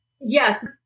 Yes